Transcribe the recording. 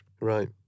Right